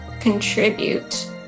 contribute